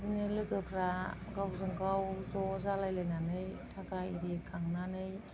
बिदिनो लोगोफ्रा गावजों गाव ज' जालायलायनानै थाखा आरि खांनानै